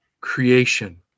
creation